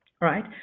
Right